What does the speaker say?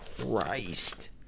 Christ